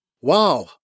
Wow